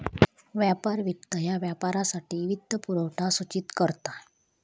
व्यापार वित्त ह्या व्यापारासाठी वित्तपुरवठा सूचित करता